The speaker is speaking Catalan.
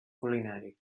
culinari